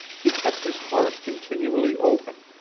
he kept his heart continually open,